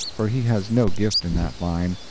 for he has no gift in that line,